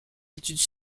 études